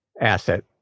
asset